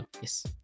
yes